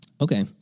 Okay